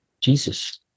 Jesus